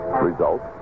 Results